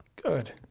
good.